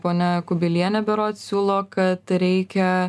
ponia kubilienė berods siūlo kad reikia